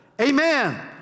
Amen